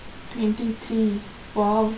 twenty three !wow!